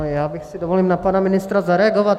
Já si dovolím na pana ministra zareagovat.